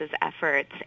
efforts